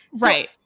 Right